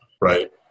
right